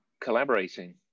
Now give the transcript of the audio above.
collaborating